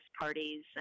parties